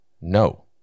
No